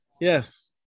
Yes